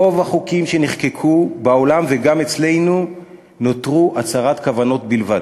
רוב החוקים שנחקקו בעולם וגם אצלנו נותרו הצהרת כוונות בלבד.